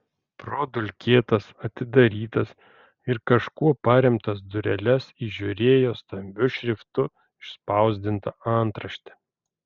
pro dulkėtas atidarytas ir kažkuo paremtas dureles įžiūrėjo stambiu šriftu išspausdintą antraštę